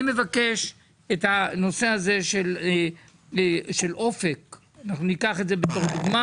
אני מבקש את הנושא של אופק אנחנו ניקח את זה בתור דוגמה.